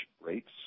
rates